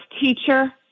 Teacher